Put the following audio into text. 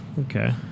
Okay